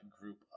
group